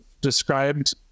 described